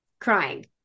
Crying